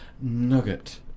nugget